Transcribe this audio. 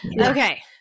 Okay